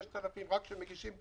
6,000 וברגע שמגישים,